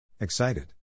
Excited